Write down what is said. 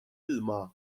ilma